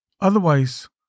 Otherwise